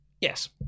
Yes